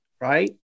right